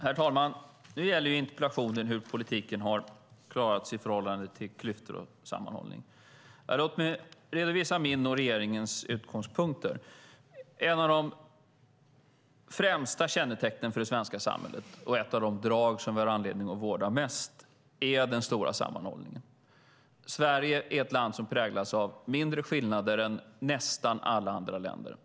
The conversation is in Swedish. Herr talman! Nu gäller interpellationen hur politiken har klarat sig när det gäller klyftor och sammanhållning. Låt mig redovisa mina och regeringens utgångspunkter. Ett av de främsta kännetecknen för det svenska samhället och ett av de drag som vi har anledning att vårda mest är den stora sammanhållningen. Sverige är ett land som präglas av mindre skillnader än nästan alla andra länder.